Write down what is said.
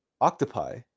octopi